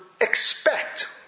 expect